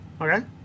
Okay